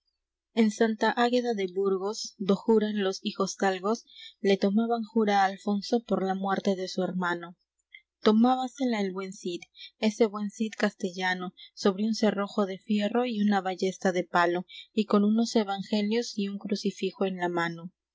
en santa águeda de burgos do juran los hijosdalgo le tomaban jura á alfonso por la muerte de su hermano tomábasela el buen cid ese buen cid castellano sobre un cerrojo de fierro y una ballesta de palo y con unos evangelios y un crucifijo en la mano